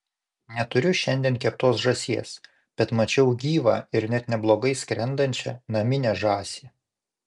neturiu šiandien keptos žąsies bet mačiau gyvą ir net neblogai skrendančią naminę žąsį